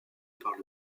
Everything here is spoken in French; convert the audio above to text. par